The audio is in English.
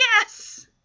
yes